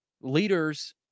leaders